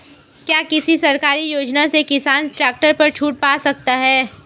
क्या किसी सरकारी योजना से किसान ट्रैक्टर पर छूट पा सकता है?